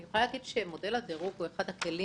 אני יכולה להגיד שמודל הדירוג הוא אחד הכלים